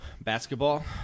Basketball